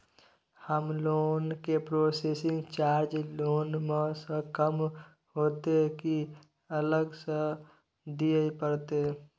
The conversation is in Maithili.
हमर लोन के प्रोसेसिंग चार्ज लोन म स कम होतै की अलग स दिए परतै?